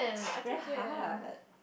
very hard